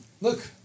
look